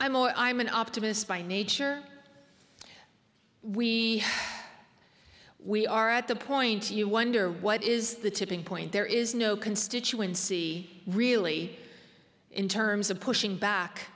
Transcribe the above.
imo i'm an optimist by nature we we are at the point you wonder what is the tipping point there is no constituency really in terms of pushing back